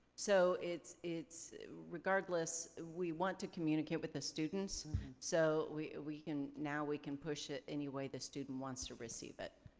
so it's, regardless, we want to communicate with the students so we we can, now we can push it anyway the student wants to receive it.